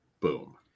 Boom